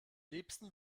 liebsten